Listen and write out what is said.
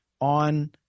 on